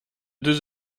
deux